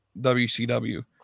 WCW